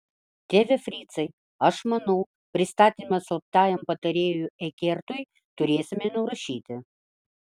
tėve fricai aš manau pristatymą slaptajam patarėjui ekertui turėsime nurašyti